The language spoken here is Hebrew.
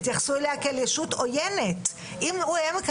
אז תתייחסו אליה כאל רשות עויינת.